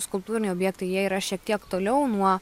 skulptūriniai objektai jie yra šiek tiek toliau nuo